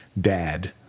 dad